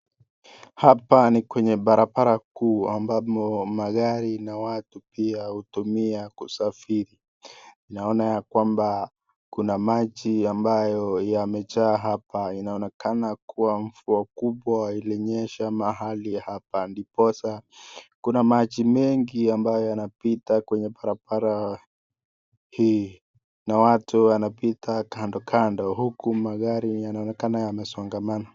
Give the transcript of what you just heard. Hapa ni kwenye barabara kuu ambapo magari na watu pia hutumia kusafiri, naona ya kwamba kuna maji ambayo yamejaa hapa, yanaonekana kuwa mvua kubwa ilinyesha mahali hapa, ndiposa kuna maji mengi ambayo yanapita kwenye barabara hii, na watu wanapita kando kando, huku magari yanaonekana yamesongamana.